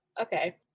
Okay